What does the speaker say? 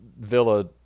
Villa